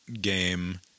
game